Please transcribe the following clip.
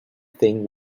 think